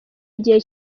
igihe